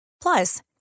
Plus